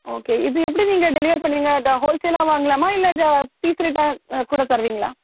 okay இது எப்படி நீங்கள் டெலிவர் பண்ணுவீங்க இதை ஹோல்சேலாக வாங்கலாமா இல்லை அதை பீஸ் ரேட்டாக கூட தருவீங்களா